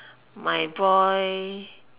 my boy